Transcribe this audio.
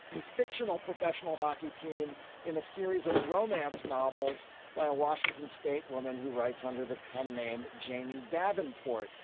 a fictional professional hockey team in a series of romance romance novels by a washington state woman who writes under the pen name jamie davenport.